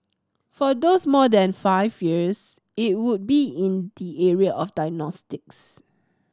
for those more than five years it would be in the area of diagnostics